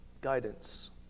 guidance